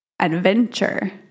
adventure